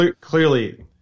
Clearly